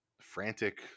frantic